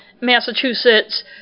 massachusetts